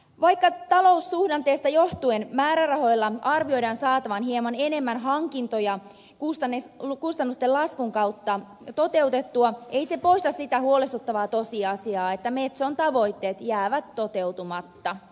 vaikka taloussuhdanteesta johtuen määrärahoilla arvioidaan saatavan hieman enemmän hankintoja toteutettua kustannusten laskun kautta ei se poista sitä huolestuttavaa tosiasiaa että metson tavoitteet jäävät toteutumatta